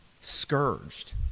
scourged